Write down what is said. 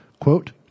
Quote